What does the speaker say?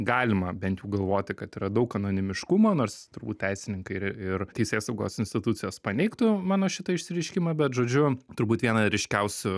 galima bent jau galvoti kad yra daug anonimiškumo nors turbūt teisininkai ir ir teisėsaugos institucijos paneigtų mano šitą išsireiškimą bet žodžiu turbūt viena ryškiausių